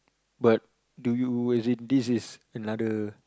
but do you as in this is another